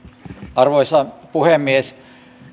arvoisa puhemies